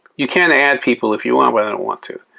you can add people if you want, but i don't want to.